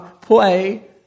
play